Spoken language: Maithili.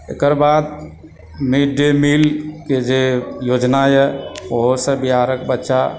एकर बाद मिडडे मीलके जे योजनाए ओहोसँ बिहारक बच्चा